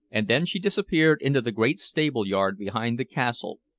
and then she disappeared into the great stable-yard behind the castle,